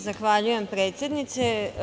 Zahvaljujem predsednice.